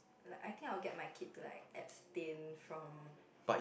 like I think I will get my kid to like abstain from